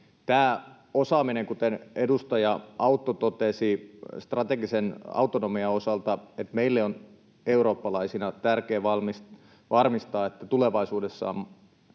Tästä osaamisesta: Kuten edustaja Autto totesi strategisen autonomian osalta, että meille on eurooppalaisina tärkein varmistaa, että tulevaisuudessa